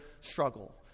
struggle